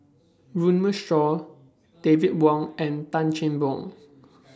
Runme Shaw David Wong and Tan Cheng Bock